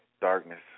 darkness